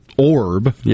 Orb